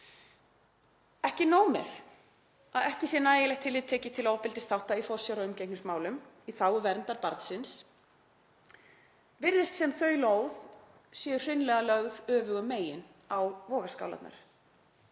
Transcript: Ekki nóg með að ekki sé nægilegt tillit tekið til ofbeldisþátta í forsjár- og umgengnismálum í þágu verndar barnsins heldur virðist sem þau lóð séu hreinlega lögð öfugum megin á vogarskálarnar.